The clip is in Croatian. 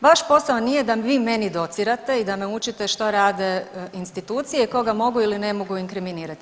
Vaš posao nije da vi meni docirate i da me učite što rade institucije i koga mogu ili ne mogu inkriminirati.